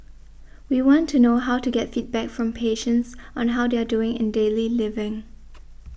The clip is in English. we want to know how to get feedback from patients on how they are doing in daily living